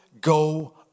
go